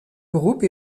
groupe